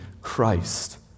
Christ